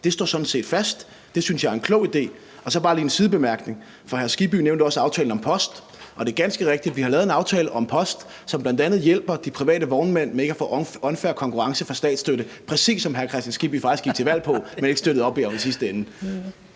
Det står sådan set fast. Det synes jeg er en klog idé. Så har jeg bare lige en sidebemærkning, for hr. Hans Kristian Skibby nævnte også aftalen om post. Det er ganske rigtigt, at vi har lavet en aftale om post, som bl.a. hjælper de private vognmænd med ikke at få unfair konkurrence fra statsstøttede konkurrenter, præcis hvad hr. Hans Kristian Skibby faktisk gik til valg på, men ikke støttede op om i sidste ende.